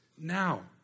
now